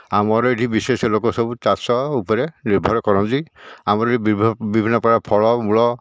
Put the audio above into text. ଆମର ଏଠି ବିଶେଷ ଲୋକ ସବୁ ଚାଷ ଉପରେ ନିର୍ଭର କରନ୍ତି ଆମର ଏଠି ବିଭିନ୍ନ ବିଭିନ୍ନପ୍ରକାର ଫଳମୂଳ